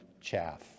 chaff